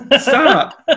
stop